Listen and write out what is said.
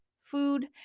food